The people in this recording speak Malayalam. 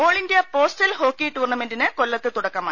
ഓൾ ഇന്ത്യ പോസ്റ്റൽ ഹോക്കി ടൂർണമെന്റിന് കൊല്ലത്ത് തുടക്കമായി